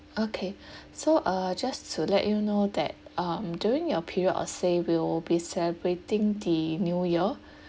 okay so uh just to let you know that um during your period of stay will be celebrating the new year